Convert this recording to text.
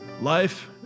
Life